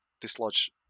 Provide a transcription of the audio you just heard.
dislodge